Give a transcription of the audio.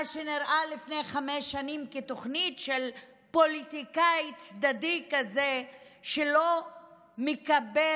מה שנראה לפני חמש שנים כתוכנית של פוליטיקאי צדדי כזה שלא מקבל